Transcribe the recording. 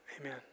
Amen